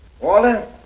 Walter